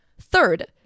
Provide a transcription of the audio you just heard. Third